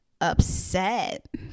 upset